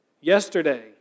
yesterday